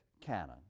canon